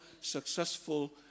successful